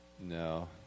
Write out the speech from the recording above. No